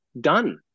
done